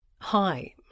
Hi